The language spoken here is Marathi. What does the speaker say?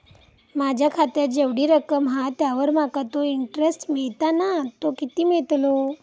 माझ्या खात्यात जेवढी रक्कम हा त्यावर माका तो इंटरेस्ट मिळता ना तो किती मिळतलो?